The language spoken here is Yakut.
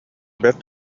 бэрт